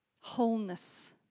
Wholeness